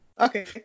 Okay